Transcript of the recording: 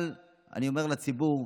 אבל אני אומר לציבור,